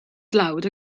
dlawd